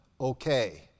okay